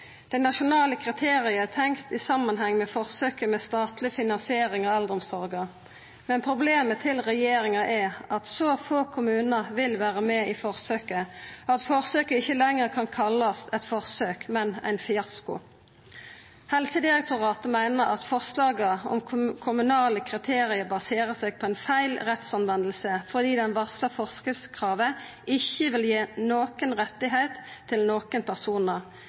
Dei nasjonale kriteria er tenkt i samanheng med forsøket med statleg finansiering av eldreomsorga. Men problemet til regjeringa er at så få kommunar vil vera med i forsøket at forsøket ikkje lenger kan kallast eit forsøk, men ein fiasko. Helsedirektoratet meiner at forslaga om kommunale kriterium baserer seg på feil rettsbruk, fordi det varsla forskriftskravet ikkje vil gi nokon rett til nokon.